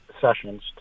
sessions